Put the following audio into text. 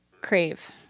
Crave